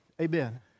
Amen